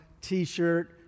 t-shirt